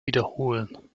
wiederholen